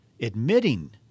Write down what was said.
admitting